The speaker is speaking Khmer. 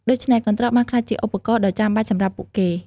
ដូច្នេះ កន្ត្រកបានក្លាយជាឧបករណ៍ដ៏ចាំបាច់សម្រាប់ពួកគេ។